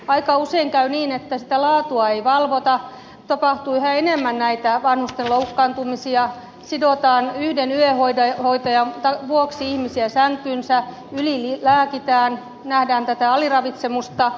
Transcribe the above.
aika usein käy niin että sitä laatua ei valvota tapahtuu yhä enemmän näitä vanhusten loukkaantumisia sidotaan yhden yöhoitajan vuoksi ihmisiä sänkyihinsä ylilääkitään nähdään tätä aliravitsemusta